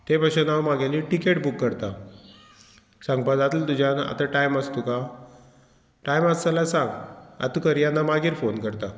ते भशेन हांव म्हागेली टिकेट बूक करता सांगपा जातलें तुज्यान आतां टायम आस तुका टायम आसत जाल्यार सांग आतां करियाना मागीर फोन करता